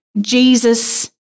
Jesus